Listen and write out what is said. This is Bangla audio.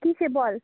কীসে বল